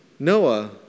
Noah